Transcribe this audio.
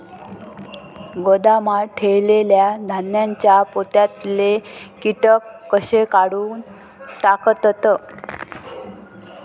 गोदामात ठेयलेल्या धान्यांच्या पोत्यातले कीटक कशे काढून टाकतत?